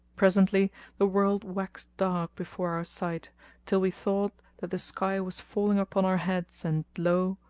presently the world waxed dark before our sight till we thought that the sky was falling upon our heads, and lo!